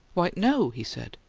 why, no, he said.